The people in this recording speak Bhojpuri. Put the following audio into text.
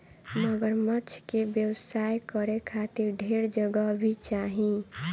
मगरमच्छ के व्यवसाय करे खातिर ढेर जगह भी चाही